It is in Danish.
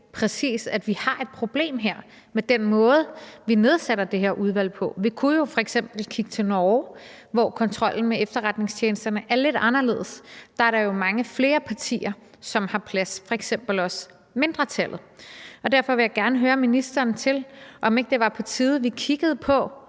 præcis, at vi her har et problem med den måde, vi nedsætter det her udvalg på? Vi kunne jo f.eks. kigge til Norge, hvor kontrollen med efterretningstjenesterne er lidt anderledes. Der er der jo mange flere partier, som har plads i udvalget, f.eks. også dem, der er en del af mindretallet. Derfor vil jeg gerne høre ministeren, om det ikke var på tide, at vi kiggede på,